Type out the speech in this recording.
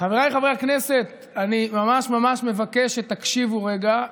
חבריי חברי הכנסת, אני ממש ממש מבקש שתקשיבו רגע.